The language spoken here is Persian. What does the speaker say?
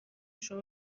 شما